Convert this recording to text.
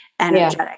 energetic